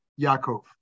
Yaakov